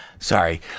Sorry